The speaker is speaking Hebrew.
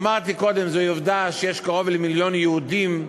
אמרתי קודם: זוהי עובדה שיש קרוב למיליון יהודים בני-דעת,